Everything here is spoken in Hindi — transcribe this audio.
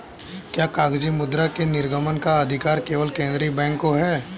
क्या कागजी मुद्रा के निर्गमन का अधिकार केवल केंद्रीय बैंक को है?